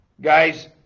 Guys